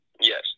Yes